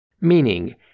meaning